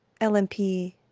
lmp